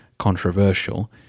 Controversial